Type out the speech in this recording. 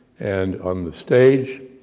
and on the stage,